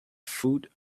food